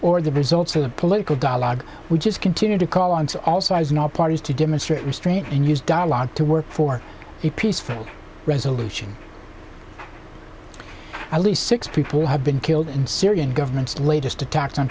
or the results of the political dialogue we just continue to call on all sides and all parties to demonstrate restraint and use dialogue to work for a peaceful resolution at least six people have been killed in syrian government's latest attacks on